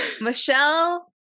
Michelle